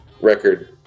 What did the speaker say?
record